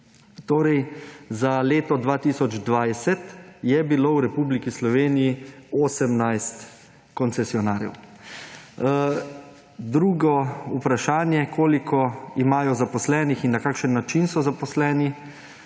Torej, za leto 2020 je bilo v Republiki Sloveniji 18 koncesionarjev. Drugo vprašanje, koliko imajo zaposlenih in na kakšen način so zaposleni.